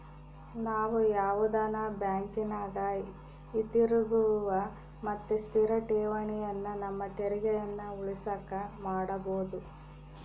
ನಾವು ಯಾವುದನ ಬ್ಯಾಂಕಿನಗ ಹಿತಿರುಗುವ ಮತ್ತೆ ಸ್ಥಿರ ಠೇವಣಿಯನ್ನ ನಮ್ಮ ತೆರಿಗೆಯನ್ನ ಉಳಿಸಕ ಮಾಡಬೊದು